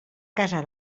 casa